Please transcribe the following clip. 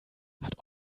hat